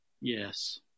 yes